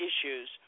issues